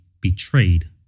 betrayed